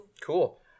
cool